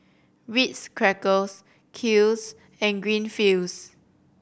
Ritz Crackers Kiehl's and Greenfields